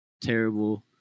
terrible